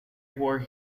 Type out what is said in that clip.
war